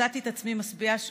מצאתי את עצמי מסבירה,